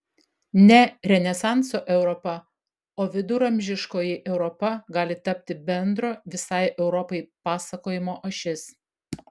ne renesanso europa o viduramžiškoji europa gali tapti bendro visai europai pasakojimo ašis